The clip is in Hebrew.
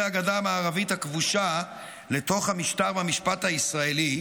הגדה המערבית הכבושה לתוך המשטר והמשפט הישראלי,